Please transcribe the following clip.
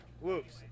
Whoops